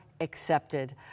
accepted